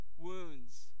Wounds